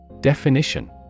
Definition